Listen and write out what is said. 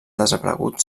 desaparegut